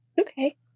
Okay